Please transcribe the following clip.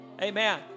Amen